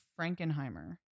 Frankenheimer